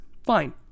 Fine